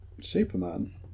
Superman